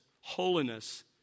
Holiness